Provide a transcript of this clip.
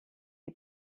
die